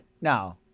no